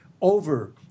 over